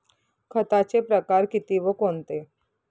खताचे प्रकार किती व कोणते?